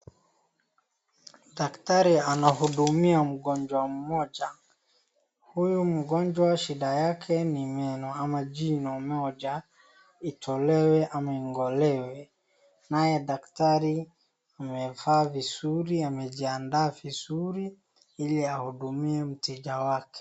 Daktari anahudumia mgonjwa mmoja. Huyu mgonjwa shida yake ni meno ama jino moja itolewe ama ing'olewe. Naye daktari amevaa vizuri amejiandaa vizuri ili ahudumie mteja wake.